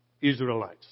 Israelites